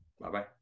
Bye-bye